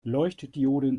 leuchtdioden